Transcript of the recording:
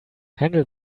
handle